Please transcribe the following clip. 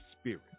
spirit